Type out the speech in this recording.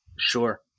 Sure